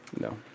No